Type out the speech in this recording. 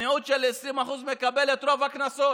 המיעוט של 20% מקבל את רוב הקנסות.